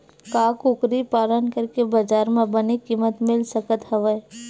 का कुकरी पालन करके बजार म बने किमत मिल सकत हवय?